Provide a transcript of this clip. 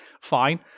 fine